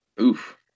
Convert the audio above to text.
Oof